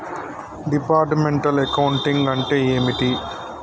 Departmental accounting అంటే ఏమిటి?